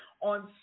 on